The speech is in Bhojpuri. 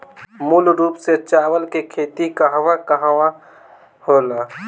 मूल रूप से चावल के खेती कहवा कहा होला?